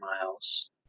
miles